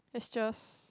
it's just